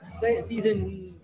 season